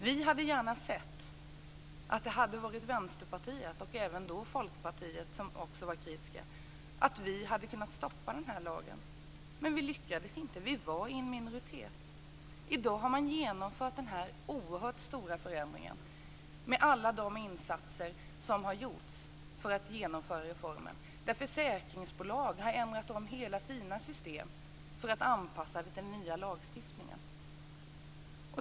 Vi hade gärna sett att Vänsterpartiet, och även Folkpartiet som också var kritiskt, hade kunnat stoppa lagen. Men vi lyckades inte. Vi var i minoritet. I dag har man genomfört den här oerhört stora förändringen med alla de insatser som har gjorts för att genomföra reformen. Försäkringsbolag har ändrat hela system för att anpassa sig till den nya lagstiftningen.